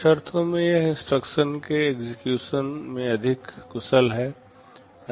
कुछ अर्थों में यह इंस्ट्रक्शन के एक्जिक्यूसन में अधिक कुशल है